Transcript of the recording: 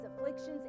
afflictions